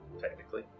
technically